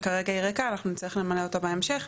וכרגע היא ריקה, אנחנו נצטרך למלא אותה בהמשך.